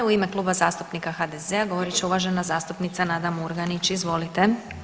U ime Kluba zastupnika HDZ-a govorit će uvažena zastupnica Nada Murganić, izvolite.